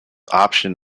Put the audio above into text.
option